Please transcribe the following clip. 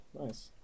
Nice